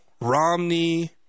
Romney